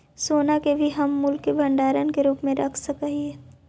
सोना के भी हम मूल्य के भंडार के रूप में रख सकत हियई